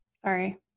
Sorry